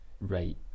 right